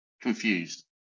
confused